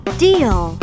deal